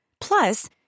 Plus